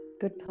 Good